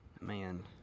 Man